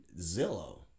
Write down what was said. zillow